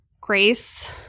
Grace